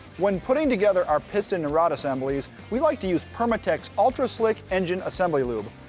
when putting together our piston and rod assemblies we like to use permatex ultra slick engine assembly lube.